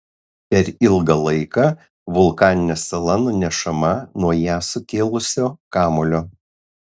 per ilgą laiką vulkaninė sala nunešama nuo ją sukėlusio kamuolio